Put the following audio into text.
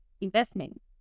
investment